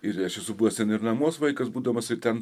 ir aš esu buvęs ten ir namuos vaikas būdamas ir ten